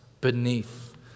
beneath